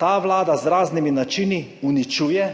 Ta Vlada z raznimi načini uničuje